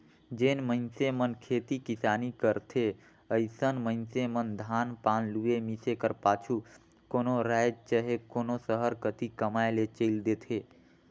जेन मइनसे मन खेती किसानी करथे अइसन मइनसे मन धान पान लुए, मिसे कर पाछू कोनो राएज चहे कोनो सहर कती कमाए ले चइल देथे